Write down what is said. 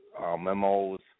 memos